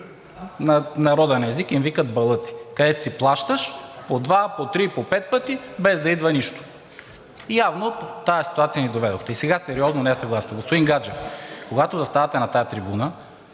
На народен език им викат балъци, където си плащат по два, по три, по пет пъти, без да идва нищо! Явно до тази ситуация ни доведохте. И сега сериозно. Несъгласието. Господин Гаджев, когато заставате на тази трибуна